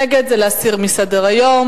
נגד זה להסיר מסדר-היום.